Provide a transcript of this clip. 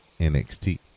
NXT